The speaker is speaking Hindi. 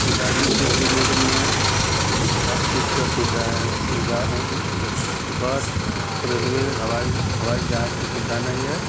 गाज़ीपुर ज़िले में हर चीज़ की सुविधा है बछ रेलवे हवाई हवाई जहाज़ की सविधा नहीं है